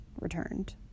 returned